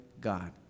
God